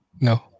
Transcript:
No